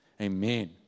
amen